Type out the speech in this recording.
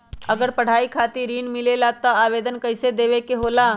अगर पढ़ाई खातीर ऋण मिले ला त आवेदन कईसे देवे के होला?